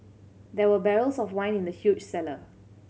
there were barrels of wine in the huge cellar